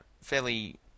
fairly